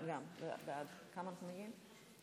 הצבעתי.